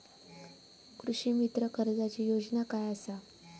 कृषीमित्र कर्जाची योजना काय असा?